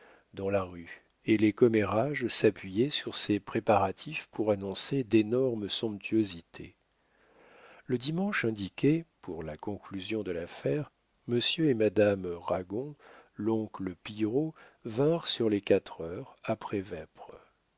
dans la rue et les commérages s'appuyaient sur ces préparatifs pour annoncer d'énormes somptuosités le dimanche indiqué pour la conclusion de l'affaire monsieur et madame ragon l'oncle pillerault vinrent sur les quatre heures après vêpres